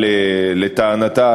לטענתה,